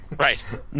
Right